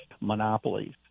monopolies